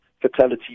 fatality